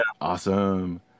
awesome